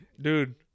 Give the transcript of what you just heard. Dude